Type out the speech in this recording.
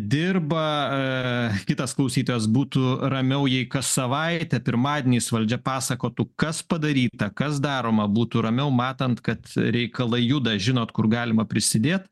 dirba kitas klausytojas būtų ramiau jei kas savaitę pirmadieniais valdžia pasakotų kas padaryta kas daroma būtų ramiau matant kad reikalai juda žinot kur galima prisidėt